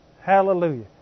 Hallelujah